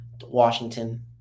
Washington